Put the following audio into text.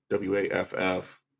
WAFF